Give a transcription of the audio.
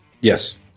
yes